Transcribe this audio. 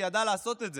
שידעה לעשות את זה.